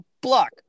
block